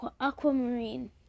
aquamarine